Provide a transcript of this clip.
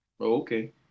Okay